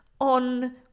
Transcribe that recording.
on